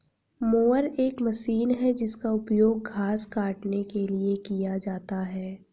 mower एक machine है जिसका उपयोग घास काटने के लिए किया जाता है